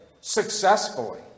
successfully